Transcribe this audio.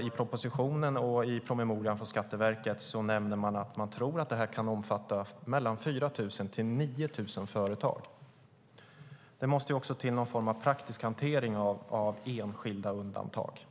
I propositionen och i promemorian från Skatteverket nämner man att man tror att det kan omfatta 4 000-9 000 företag. Det måste också till någon form av praktisk hantering av enskilda undantag.